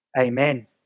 Amen